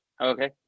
okay